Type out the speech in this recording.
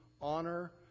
honor